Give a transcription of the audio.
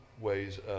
ways